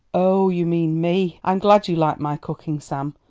oh, you mean me! i'm glad you like my cooking, sam.